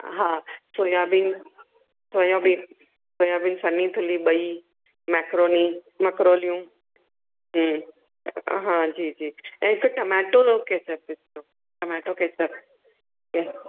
हा soybean soybean soybean सनी थुल्ही ॿई मैक्रोनी मक्रोलियूं हा जी जी ऐं हिकु टमेटो केचप विझो टमेटो केचप